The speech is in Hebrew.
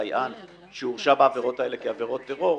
סייען שהורשע בעבירות טרור,